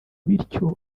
bityo